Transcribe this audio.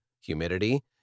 humidity